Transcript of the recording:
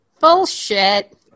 Bullshit